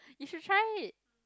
you should try it